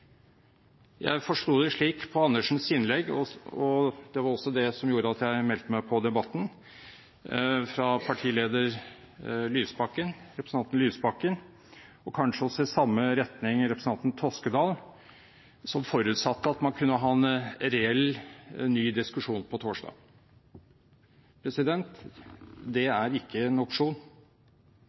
Jeg forsto det slik på Andersens innlegg – det var også det som gjorde at jeg meldte meg på debatten – på partileder og representant Lysbakken, og kanskje også i samme retning på representanten Toskedal, at man forutsatte å kunne ha en reell ny diskusjon på torsdag. Det er ikke en opsjon.